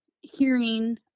hearing